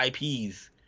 ips